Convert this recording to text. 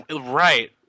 right